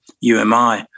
UMI